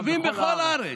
שווים בכל הארץ.